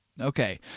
Okay